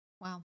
Wow